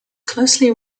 closely